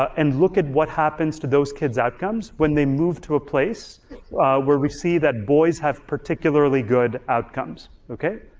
and look at what happens to those kids' outcomes when they move to a place where we see that boys have particularly good outcomes, okay?